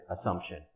assumption